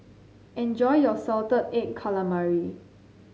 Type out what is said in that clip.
enjoy your Salted Egg Calamari